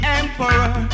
emperor